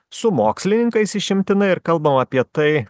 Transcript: su mokslininkais išimtinai ir kalbam apie tai